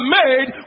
made